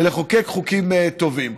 ולחוקק חוקים טובים.